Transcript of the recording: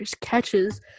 catches